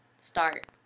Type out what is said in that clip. start